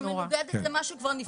שמנוגדת למה שכבר נפסק.